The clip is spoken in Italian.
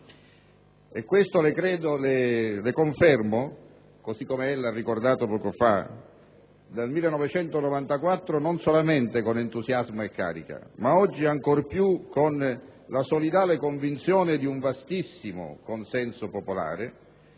confermo la fiducia dal 1994, così come ella ha ricordato poco fa, non solamente con entusiasmo e carica, ma oggi ancor più con la solidale convinzione di un vastissimo consenso popolare